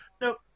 Nope